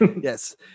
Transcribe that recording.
Yes